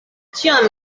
ĉiam